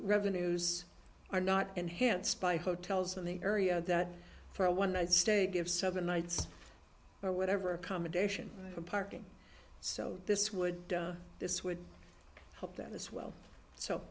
revenues are not enhanced by hotels in the area that for a one night stay give seven nights or whatever accommodation for parking so this would this would help that this well so